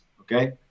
okay